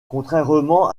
contrairement